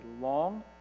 long